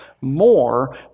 more